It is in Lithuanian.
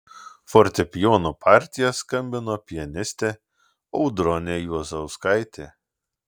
fortepijono partiją skambino pianistė audronė juozauskaitė